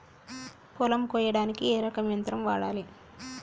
పొలం కొయ్యడానికి ఏ రకం యంత్రం వాడాలి?